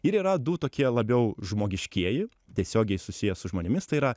ir yra du tokie labiau žmogiškieji tiesiogiai susiję su žmonėmis tai yra